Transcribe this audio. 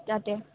তাতে